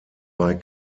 bei